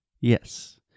Yes